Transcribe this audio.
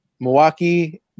milwaukee